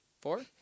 four